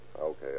Okay